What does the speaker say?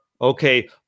Okay